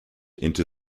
into